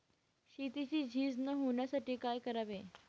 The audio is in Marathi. शेतीची झीज न होण्यासाठी काय करावे?